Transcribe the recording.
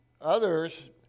others